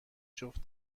جفت